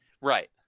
right